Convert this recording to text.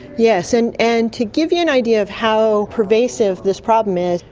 yes, and and to give you an idea of how pervasive this problem is,